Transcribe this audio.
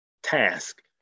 task